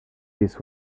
this